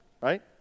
right